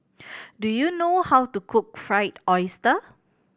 do you know how to cook Fried Oyster